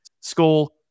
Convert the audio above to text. school